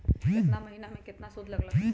केतना महीना में कितना शुध लग लक ह?